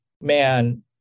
man